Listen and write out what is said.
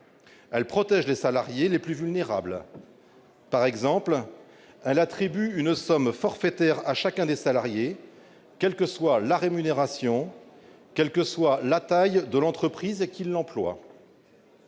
Elle protège les salariés les plus vulnérables. Par exemple, elle attribue une somme forfaitaire à chacun des salariés, quelles que soient la rémunération et la taille de l'entreprise qui l'emploie.